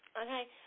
okay